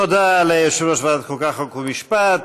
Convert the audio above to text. תודה ליושב-ראש ועדת החוקה, חוק ומשפט.